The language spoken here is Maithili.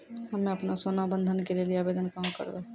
हम्मे आपनौ सोना बंधन के लेली आवेदन कहाँ करवै?